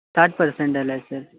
साठ पर्सेंट आला आहे सर